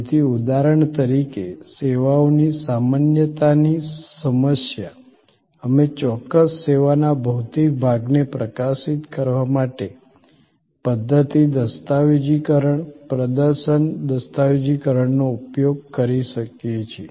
તેથી ઉદાહરણ તરીકે સેવાઓની સામાન્યતાની સમસ્યા અમે ચોક્કસ સેવાના ભૌતિક ભાગને પ્રકાશિત કરવા માટે પધ્ધતિ દસ્તાવેજીકરણ પ્રદર્શન દસ્તાવેજીકરણનો ઉપયોગ કરી શકીએ છીએ